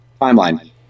timeline